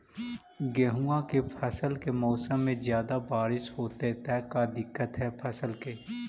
गेहुआ के फसल के मौसम में ज्यादा बारिश होतई त का दिक्कत हैं फसल के?